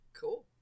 cool